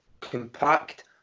compact